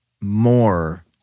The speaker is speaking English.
more